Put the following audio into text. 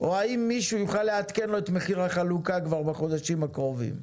או האם מישהו יוכל לעדכן לו את המחיר חלוקה כבר בחודשים הקרובים,